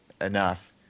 enough